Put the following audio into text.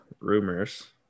rumors